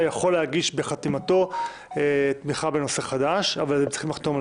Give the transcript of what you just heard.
מיוחדות להתמודדות עם נגיף הקורונה החדש (הוראת שעה) (תיקון מס'